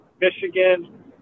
Michigan